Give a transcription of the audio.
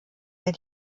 der